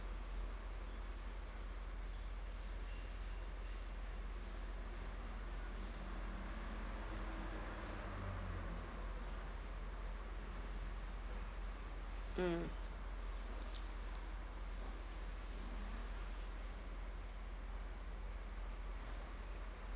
mm